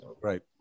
Right